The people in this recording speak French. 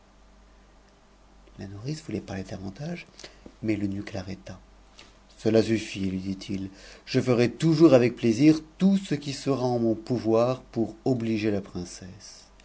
la nourrice voulait parier davantage mais l'eunuque l'arrêta cela t il lui dit-il je ferai toujours avec plaisir tout ce qui sera en mou pouvoir pour obliger la princesse